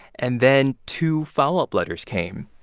and then two follow-up letters came,